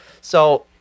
So-